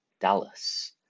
Dallas